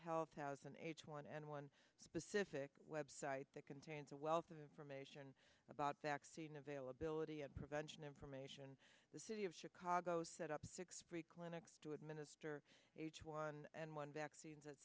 health thousand h one n one specific website that contains a wealth of information about vaccine availability and prevention information the city of chicago set up six free clinics to administer h one n one vaccine